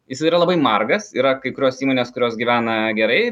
jisai yra labai margas yra kai kurios įmonės kurios gyvena gerai